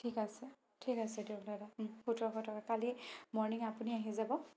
ঠিক আছে ঠিক আছে দিয়ক দাদা সোতৰশ টকা কালিলৈ মৰণিং আপুনি আহি যাব